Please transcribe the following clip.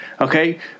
okay